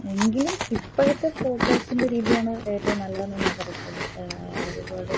എങ്കിലും ഇപ്പോഴത്തെ ഫോട്ടോസിൻ്റെ രീതിയാണ് ഏറ്റവും നല്ലതെന്ന് ഞാൻ പറയുത്തുളളൂ ഒരുപാട്